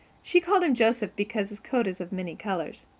she called him joseph because his coat is of many colors.